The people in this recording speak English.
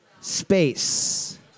space